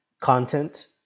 content